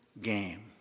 game